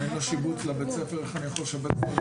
אני לא מונע.